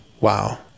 Wow